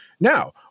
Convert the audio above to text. Now